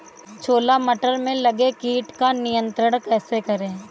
छोला मटर में लगे कीट को नियंत्रण कैसे करें?